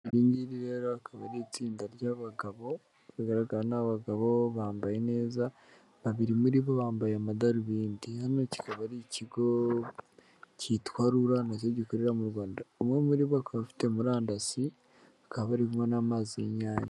Iri ngiri rero akaba ari itsinda ry'abagabo, uko bigaragara ni abagabo bambaye neza, babiri muri bo bambaye amadarubindi. Hano kikaba ari ikigo cyitwa RURA na cyo gikorera mu Rwanda, umwe muri bo akaba afite murandasi, bakaba bari kunywa n'amazi y'Inyange.